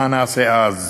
מה נעשה אז?